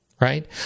right